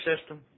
system